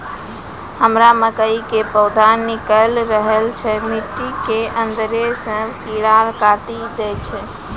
हमरा मकई के पौधा निकैल रहल छै मिट्टी के अंदरे से कीड़ा काटी दै छै?